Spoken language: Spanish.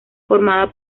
formada